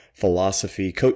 Philosophy